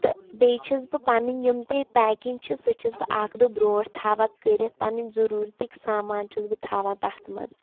تہٕ بیٚیہِ چھٮ۪س بہٕ پَنٕنۍ یِم تہِ پیکِنٛگ چھِ سُہ چھٮ۪س بہٕ اَکھ دۄہ برونٛٹھ تھاوان کٔرِتھ پَنٕنۍ ضروٗرتٕکۍ سامان چھٮ۪س بہٕ تھاوان تَتھ منٛز